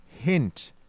Hint